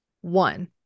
one